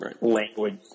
language